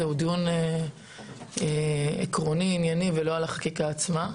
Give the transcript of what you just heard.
הוא דיון עקרוני ענייני ולא על החקיקה עצמה.